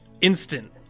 instant